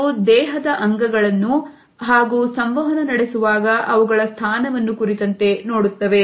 ಇದು ದೇಹದ ಅಂಗಗಳನ್ನು ಹಾಗೂ ಸಂವಹನ ನಡೆಸುವಾಗ ಅವುಗಳ ಸ್ಥಾನವನ್ನು ಕುರಿತಂತೆ ನೋಡುತ್ತವೆ